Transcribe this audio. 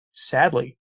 Sadly